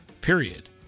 period